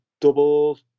double